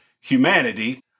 humanity